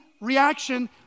reaction